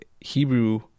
Hebrew